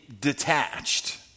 detached